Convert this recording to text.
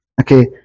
okay